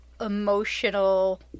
emotional